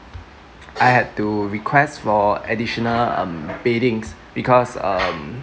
I had to request for additional um beddings because um